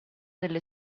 delle